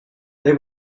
they